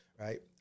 right